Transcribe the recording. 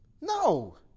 No